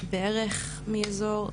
ובערך מאזור,